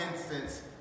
instance